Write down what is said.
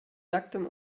nacktem